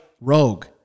Rogue